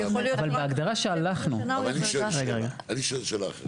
אני שואל שאלה אחרת.